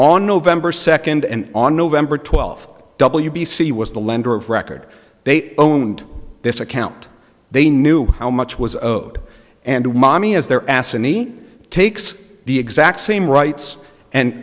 on november second and on nov twelfth w b c was the lender of record they owned this account they knew how much was owed and to mommy as their ass any takes the exact same rights and